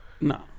No